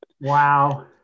Wow